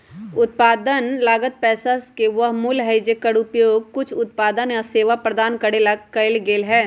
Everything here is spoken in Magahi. उत्पादन लागत पैसा के वह मूल्य हई जेकर उपयोग कुछ उत्पादन या सेवा प्रदान करे ला कइल गयले है